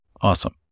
awesome